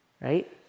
right